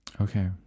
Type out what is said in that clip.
okay